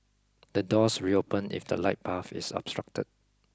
the doors reopen if the light path is obstructed